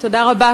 תודה רבה,